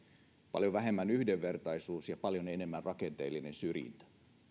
paljon vähemmän yhdenvertaisuus ja paljon enemmän rakenteellinen syrjintä